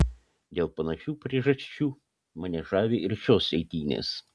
dėl panašių priežasčių mane žavi ir šios eitynės